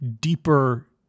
deeper